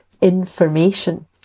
information